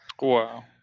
Wow